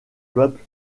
peuple